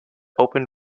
open